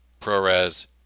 ProRes